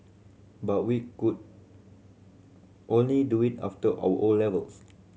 but we could only do it after our 'O' levels